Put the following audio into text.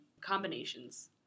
combinations